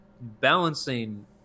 balancing